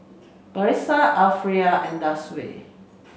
Batrisya Arifa and Darwish